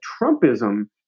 Trumpism